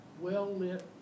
well-lit